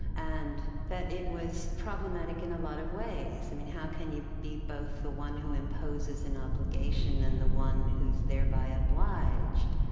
and that it was problematic in a lot of ways. i mean how can you be both the one who imposes an obligation, and the one who's thereby obliged?